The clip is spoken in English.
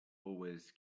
always